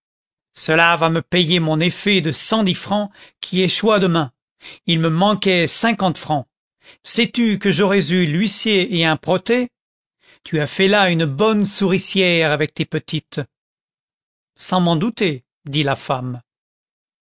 cela va me payer mon effet de cent dix francs qui échoit demain il me manquait cinquante francs sais-tu que j'aurais eu l'huissier et un protêt tu as fait là une bonne souricière avec tes petites sans m'en douter dit la femme